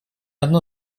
одно